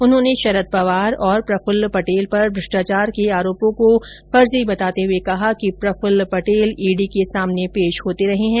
उन्होंने शरद पंवार और प्रफल्ल पटेल पर भ्रष्टाचार के आरोपों को फर्जी बताते हुए कहा कि प्रफुल्ल पटेल ईडी के के सामने पेश होते रहे हैं